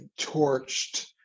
torched